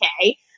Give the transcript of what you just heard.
okay